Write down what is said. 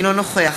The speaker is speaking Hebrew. אינו נוכח